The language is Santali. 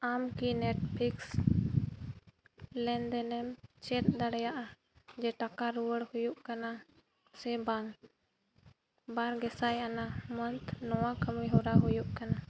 ᱟᱢ ᱠᱤ ᱱᱮᱴᱯᱷᱤᱠᱥ ᱞᱮᱱᱫᱮᱱᱮᱢ ᱪᱮᱠ ᱫᱟᱲᱮᱭᱟᱜᱼᱟ ᱡᱮ ᱴᱟᱠᱟ ᱨᱩᱣᱟᱹᱲ ᱦᱩᱭᱩᱜ ᱠᱟᱱᱟ ᱥᱮ ᱵᱟᱝ ᱵᱟᱨ ᱜᱮᱥᱟᱭ ᱟᱱᱟᱜ ᱢᱟᱹᱱᱛᱷ ᱱᱚᱣᱟ ᱠᱟᱹᱱᱤᱦᱚᱨᱟ ᱦᱩᱭᱩᱜ ᱠᱟᱱᱟ